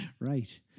Right